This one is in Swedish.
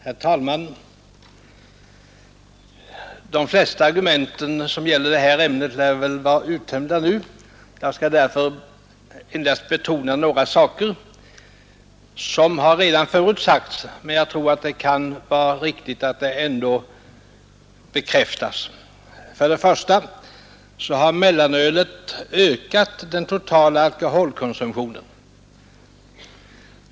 Herr talman! De flesta argument som gäller detta ämne lär väl vara uttömda nu. Jag skall därför endast betona några saker som visserligen redan har nämnts men som jag tror ändå kan behöva bekräftas. För det första har mellanölet ökat den totala alkoholkonsumtionen.